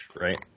right